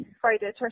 Friday